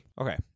Okay